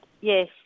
Yes